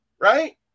Right